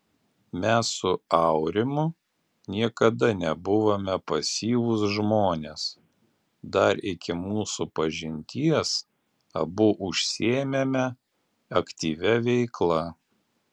mes su aurimu niekada nebuvome pasyvūs žmonės dar iki mūsų pažinties abu užsiėmėme aktyvia veikla